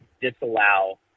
disallow –